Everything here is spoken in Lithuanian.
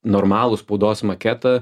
normalų spaudos maketą